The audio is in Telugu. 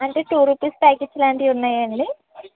అంటే టూ రూపీస్ ప్యాకెట్స్ లాంటివి ఉన్నాయా అండి